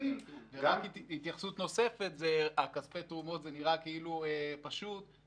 התייחסות נוספת: זה נראה כאילו פשוט כספי תרומות.